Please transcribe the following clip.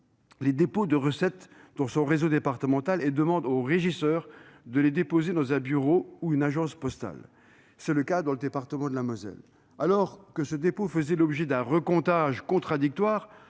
les dépôts de recettes dans son réseau départemental. Elle demande aux régisseurs de les déposer dans un bureau de poste ou une agence postale. C'est ainsi dans le département de la Moselle. Alors que ces dépôts faisaient l'objet d'un recomptage contradictoire